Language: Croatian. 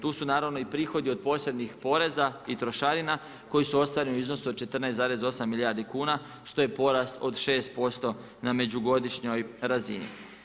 Tu su naravno i prihodi od posebnih poreza i trošarina koji su ostvareni u iznosu od 14,8 milijardi kuna, što je porast od 6% na međugodišnjoj razini.